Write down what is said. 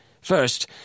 First